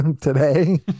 today